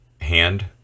hand